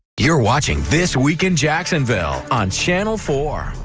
you're watching this week in jacksonville on channel four.